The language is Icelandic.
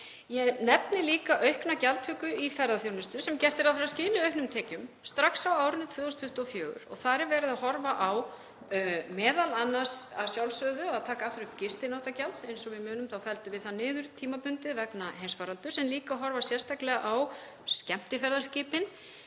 Ég nefni líka aukna gjaldtöku í ferðaþjónustu sem gert er ráð fyrir að skili auknum tekjum strax á árinu 2024. Þar er verið að horfa á m.a. að taka aftur upp gistináttagjald, eins og við munum þá felldum við það niður tímabundið vegna heimsfaraldurs, en líka að horfa sérstaklega á skemmtiferðaskipin